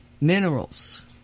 minerals